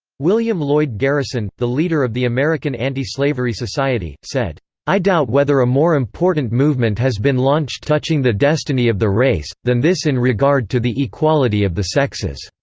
william lloyd garrison, the leader of the american anti-slavery society, said i doubt whether a more important movement has been launched touching the destiny of the race, than this in regard to the equality of the sexes.